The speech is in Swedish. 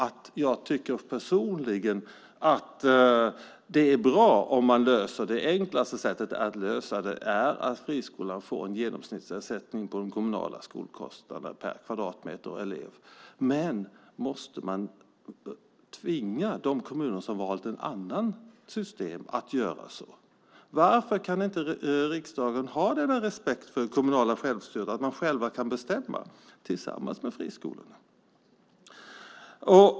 Jag tycker personligen att det är bra om man löser det. Det enklaste sättet att lösa det är att friskolan får en genomsnittsersättning på den kommunala skolkostnaden per kvadratmeter och elev. Men måste man tvinga de kommuner som har valt ett annat system att göra så? Varför kan riksdagen inte ha respekt för det kommunala självstyret och låta kommunerna själva bestämma tillsammans med friskolorna?